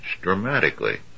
dramatically